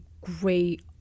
great